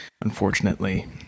unfortunately